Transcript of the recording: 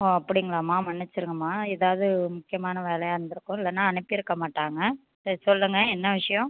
ஓ அப்படிங்களாம்மா மன்னிச்சிடுங்கமா ஏதாவது முக்கியமான வேலையாக இருந்துருக்கும் இல்லைனா அனுப்பிருக்க மாட்டாங்க சரி சொல்லுங்கள் என்ன விஷயம்